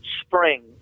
spring